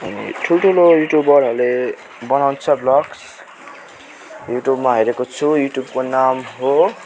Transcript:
ठुल्ठुलो युट्युबरहरूले बनाउँछ ब्लग्स युट्युबमा हेरेको छु युट्युबको नाम हो